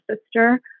sister